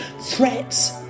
threats